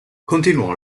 continuò